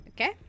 Okay